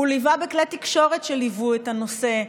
הוא לֻווה בכלי תקשורת שליוו את הנושא,